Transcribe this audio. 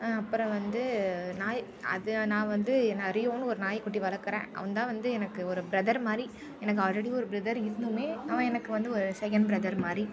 அப்புறம் வந்து நாய் அது நான் வந்து நான் ரியோன்னு ஒரு நாய்க்குட்டி வளர்க்குறேன் அவன்தான் வந்து எனக்கு ஒரு பிரதர் மாதிரி எனக்கு ஆல்ரெடி ஒரு பிரதர் இருந்துமே அவன் எனக்கு வந்து ஒரு செகண்ட் பிரதர் மாதிரி